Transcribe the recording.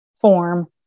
form